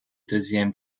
deuxième